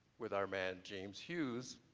with our man james hughes,